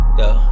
go